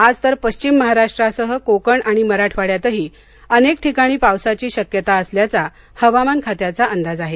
आज तर पश्चिम महाराष्ट्रासह कोकण आणि मराठवाङ्यातही अनेक ठिकाणी पावसाची शक्यता असल्याचा हवामान खात्याचा अंदाज आहे